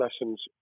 lessons